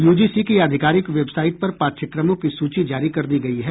UGC की आधिकारिक website पर पाठ्यक्रमों की सूची जारी कर दी गयी है